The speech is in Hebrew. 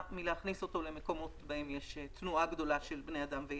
מלהכניס אותו למקומות שבהם יש תנועה גדולה של כלבים,